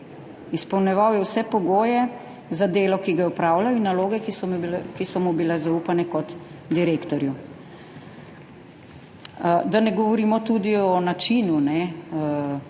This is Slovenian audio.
Izpolnjeval je vse pogoje za delo, ki ga je opravljal, in naloge, ki so mu bile zaupane kot direktorju. Da ne govorimo tudi o načinu.